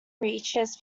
reaches